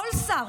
כל שר,